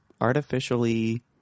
artificially